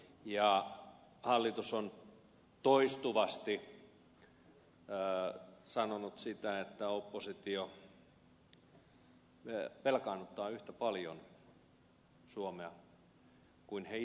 hallitus on toistuvasti sanonut sitä että oppositio velkaannuttaa yhtä paljon suomea kuin he itse tekevät